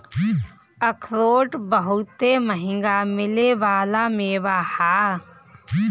अखरोट बहुते मंहगा मिले वाला मेवा ह